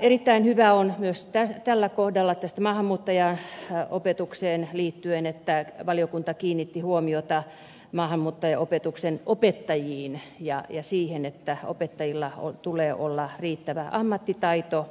erittäin hyvää on myös tällä kohdalla maahanmuuttajaopetukseen liittyen että valiokunta kiinnitti huomiota maahanmuuttajaopetuksen opettajiin ja siihen että opettajilla tulee olla riittävä ammattitaito